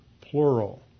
plural